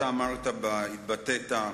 אתה התבטאת: